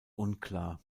unklar